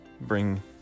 bring